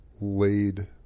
laid